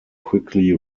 quickly